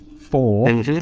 four